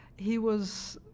he was